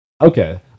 Okay